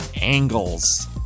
angles